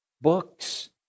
books